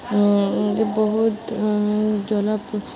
ବହୁତ ଜଳ